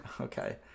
okay